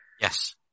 Yes